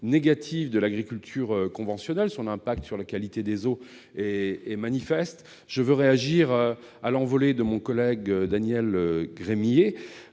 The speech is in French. négatives de l'agriculture conventionnelle. Son impact sur la qualité des eaux, en particulier, est manifeste. Je veux réagir à l'envolée de mon collègue Daniel Gremillet